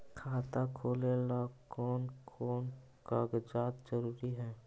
खाता खोलें ला कोन कोन कागजात जरूरी है?